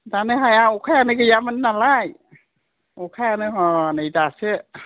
दानो हाया अखयानो गैयामोन नालाय अखायानो हनै दासो